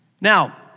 Now